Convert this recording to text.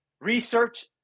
research